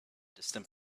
distant